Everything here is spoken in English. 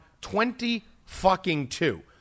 Twenty-fucking-two